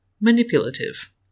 manipulative